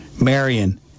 Marion